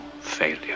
failure